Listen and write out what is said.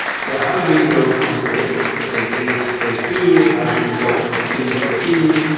so how do you go from state state a to state b? how do you go from b to c?